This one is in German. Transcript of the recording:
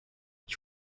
ich